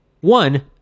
One